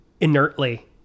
inertly